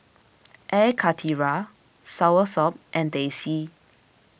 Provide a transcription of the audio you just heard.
Air Karthira Soursop and Teh C